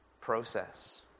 process